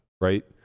Right